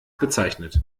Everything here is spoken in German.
bezeichnet